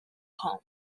home